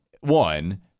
One